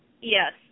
Yes